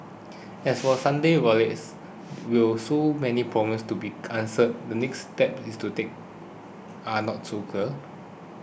as for Sunday's riot is will so many problems to be answered the next steps to take are not so clear